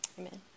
Amen